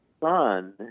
son